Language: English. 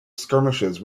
skirmishes